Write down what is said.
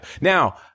Now